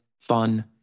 fun